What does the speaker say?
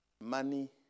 Money